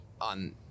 on